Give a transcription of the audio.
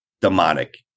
Demonic